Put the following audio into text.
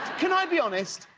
can i be honest?